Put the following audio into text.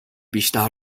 بیشتر